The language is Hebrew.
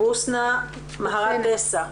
בוסנה מהרט דסה,